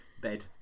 bed